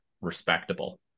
respectable